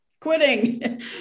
quitting